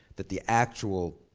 that the actual,